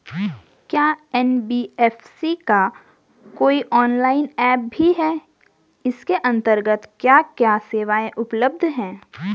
क्या एन.बी.एफ.सी का कोई ऑनलाइन ऐप भी है इसके अन्तर्गत क्या क्या सेवाएँ उपलब्ध हैं?